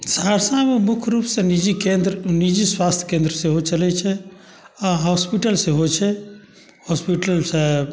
सहरसामे मुख्य रूपसँ निजी केन्द्र निजी स्वास्थ्य केन्द्र सेहो चलै छै आओर हॉस्पिटल सेहो छै हॉस्पिटलसँ